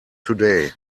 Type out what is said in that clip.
today